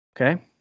Okay